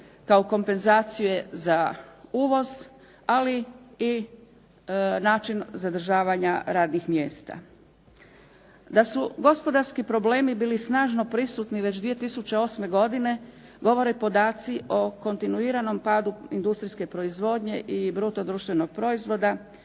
kao kompenzacije za uvoz, ali i način zadržavanja radnih mjesta. Da su gospodarski problemi bili snažno prisutni već 2008. godine govore podaci o kontinuiranom padu industrijske proizvodnje i bruto društvenog proizvoda,